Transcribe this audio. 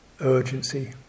urgency